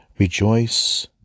Rejoice